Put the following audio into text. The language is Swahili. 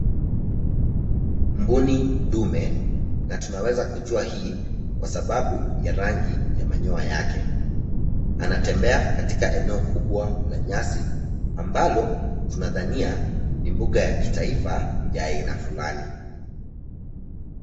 Mbuni ndume, na tunaweza kujua hii, kwa sababu ya rangi ya manyoa yake. Anatembea katika eneo kubwa la nyasi, ambalo tunadhania ni mbuga ya kitaifa ya aina fulani.